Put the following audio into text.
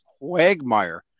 quagmire